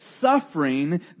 suffering